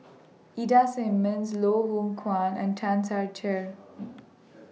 Ida Simmons Loh Hoong Kwan and Tan Ser Cher